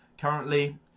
currently